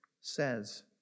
says